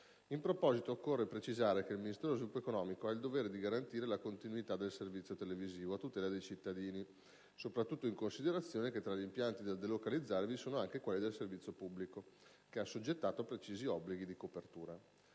In proposito occorre precisare che il Ministero dello sviluppo economico ha il dovere di garantire la continuità del servizio televisivo a tutela dei cittadini, soprattutto in considerazione del fatto che tra gli impianti da delocalizzare vi sono anche quelli del servizio pubblico, che è assoggettato a precisi obblighi di copertura.